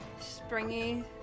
springy